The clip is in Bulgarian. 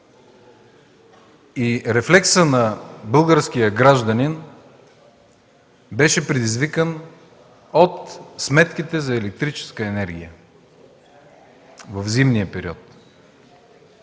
и рефлексът на българския гражданин беше предизвикан от сметките за електрическа енергия в зимния период.